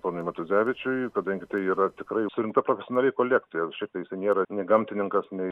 ponui matuzevičiui kadangi tai yra tikrai surinkta profesionaliai kolekcija šiaip tai jisai niera ni gamtininkas nei